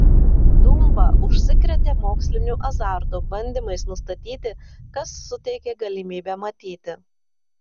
dumba užsikrėtė moksliniu azartu bandymais nustatyti kas suteikė galimybę matyti